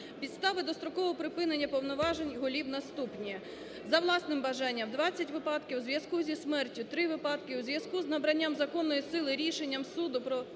Підстави дострокового припинення повноважень голів наступні. За власним бажанням – 20 випадків, у зв'язку зі смертю – 3 випадки, у зв'язку з набранням законної сили рішень суду про